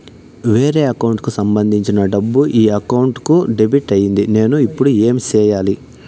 వేరే అకౌంట్ కు సంబంధించిన డబ్బు ఈ అకౌంట్ కు డెబిట్ అయింది నేను ఇప్పుడు ఏమి సేయాలి